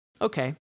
Okay